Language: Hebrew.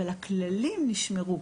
אבל הכללים נשמרו.